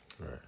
Right